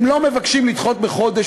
הם לא מבקשים לדחות בחודש,